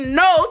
no